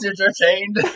entertained